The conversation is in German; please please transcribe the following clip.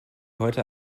heute